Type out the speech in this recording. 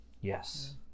Yes